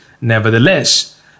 Nevertheless